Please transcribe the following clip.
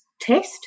test